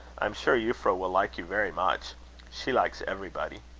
i am sure euphra will like you very much she likes everybody.